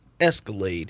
Escalade